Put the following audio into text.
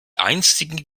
einstigen